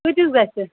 کۭتِس گژھِ